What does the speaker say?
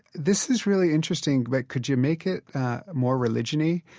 this is really interesting, but could you make it more religion-y?